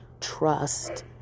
trust